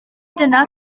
dyna